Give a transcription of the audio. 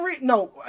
No